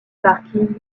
parking